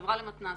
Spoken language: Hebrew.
החברה למתנ"סים.